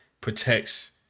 protects